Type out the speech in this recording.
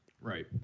Right